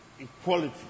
equality